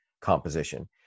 composition